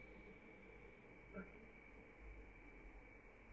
okay